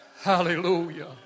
Hallelujah